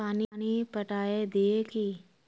पानी पटाय दिये की?